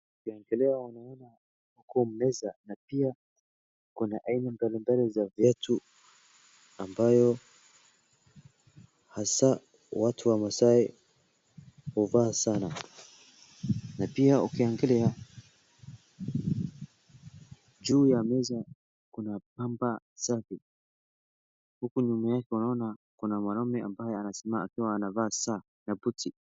ukiangalia unaona huko meza na pia kuna aina mbalimbali za vyetu ambayo hasa watu wa maasai huvaa sana na pia ukiangalia juu ya meza kuna pamba safi huku nyuma yake unaona kuna mwanaume ambaye anasimama akiwa anavaa saa na buti